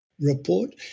report